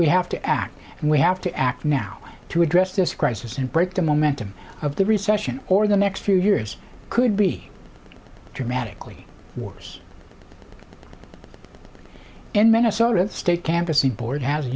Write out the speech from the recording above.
we have to act and we have to act now to address this crisis and break the momentum of the recession or the next few years could be dramatically worse in minnesota state canvassing board has